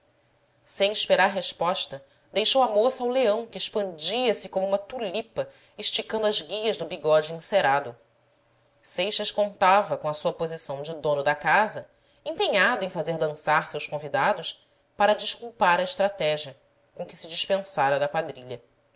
sem esperar resposta deixou a moça ao leão que expandia-se como uma tulipa esticando as guias do bigode encerado seixas contava com a sua posição de dono da casa empenhado em fazer dançar seus convidados para desculpar a estratégia com que se dispensara da quadrilha